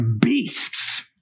beasts